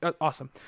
awesome